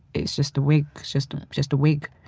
it's just a wig, just just a wig.